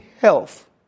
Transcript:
health